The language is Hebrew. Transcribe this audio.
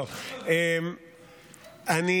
למרות הפיתוי,